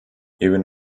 even